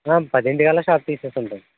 పదింటికి కల్లా షాప్ తీసేసి ఉంటాం